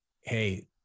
hey